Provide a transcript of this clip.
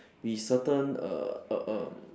be certain err err err